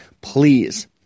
please